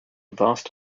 vast